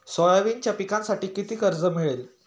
सोयाबीनच्या पिकांसाठी किती कर्ज मिळेल?